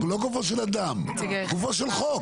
לא, לא גופו של אדם, גופו של חוק.